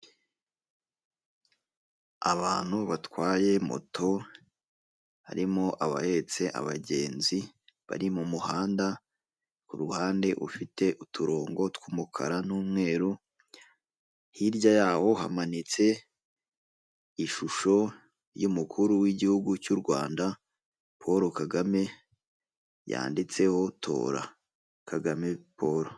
Abantu batwaye moto harimo abahetse abagenzi bari mu muhanda ku ruhande ufite uturongo tw'umukara n'umweru hirya yawo hamanitse ishusho y'umukuru w'igihugu cy'u Rwanda Paul Kagame yanditseho tora Kagame Paul.